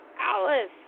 Alice